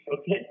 okay